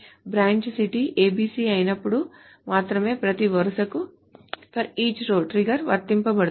branch city ABC అయినప్పుడు మాత్రమే ప్రతి వరుసకు ట్రిగ్గర్ వర్తించబడుతుంది